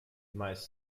meist